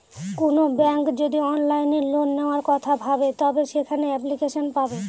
কোনো ব্যাঙ্ক যদি অনলাইনে লোন নেওয়ার কথা ভাবে তবে সেখানে এপ্লিকেশন পাবে